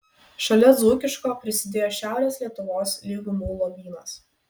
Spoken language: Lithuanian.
šalia dzūkiško prisidėjo šiaurės lietuvos lygumų lobynas